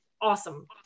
Awesome